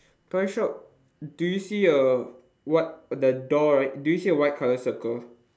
toy shop do you see a whit~ the door right do you see a white colour circle